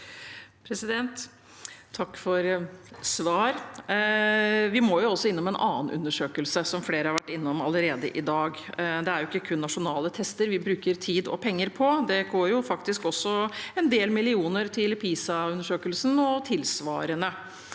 Takk for svar. Vi må også innom en annen undersøkelse, som flere har vært innom allerede i dag. Det er ikke kun nasjonale tester vi bruker tid og penger på. Det går også en del millioner kroner til PISA-undersøkelsen og tilsvarende.